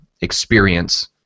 experience